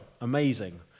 amazing